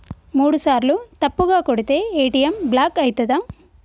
మూడుసార్ల తప్పుగా కొడితే ఏ.టి.ఎమ్ బ్లాక్ ఐతదా?